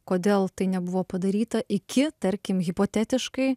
kodėl tai nebuvo padaryta iki tarkim hipotetiškai